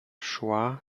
szła